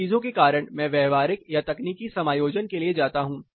इन चीजों के कारण मैं व्यवहारिक या तकनीकी समायोजन के लिए जाता हूं